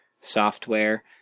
software